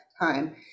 time